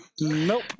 Nope